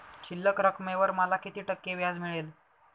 शिल्लक रकमेवर मला किती टक्के व्याज मिळेल?